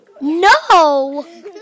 No